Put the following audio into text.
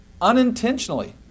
unintentionally